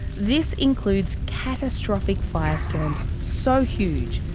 this includes catastrophic firestorms so huge,